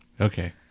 Okay